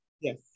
yes